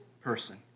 person